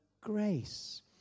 grace